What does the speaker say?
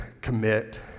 commit